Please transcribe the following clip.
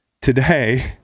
Today